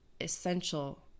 essential